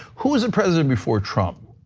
who was and president before trump?